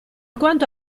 quanto